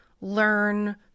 learn